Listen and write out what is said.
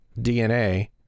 DNA